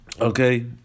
Okay